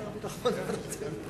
ההצעה להעביר את הצעת חוק התקשורת (בזק ושידורים)